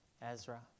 Ezra